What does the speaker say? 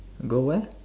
go where